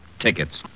Tickets